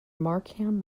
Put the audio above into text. markham